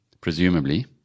presumably